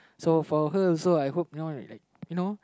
so for her also I hope you know like you know